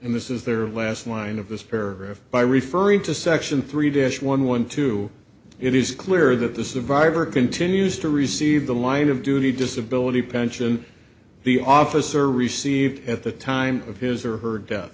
this is their last line of this paragraph by referring to section three days one one two it is clear that the survivor continues to receive the line of duty disability pension the officer received at the time of his or her death